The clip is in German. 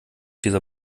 dieser